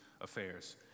affairs